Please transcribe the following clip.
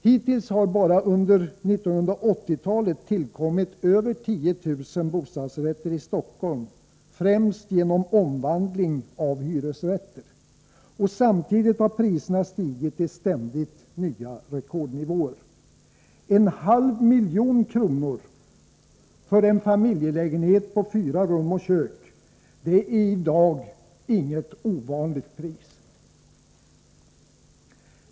Hittills har bara under 1980-talet tillkommit över 10 000 bostadsrätter i Stockholm, främst genom omvandling av hyresrätter. Samtidigt har priserna stigit till ständigt nya rekordnivåer. En halv miljon kronor för en familjelägenhet på fyra rum och kök är i dag inget ovanligt pris.